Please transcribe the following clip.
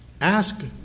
Ask